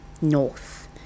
north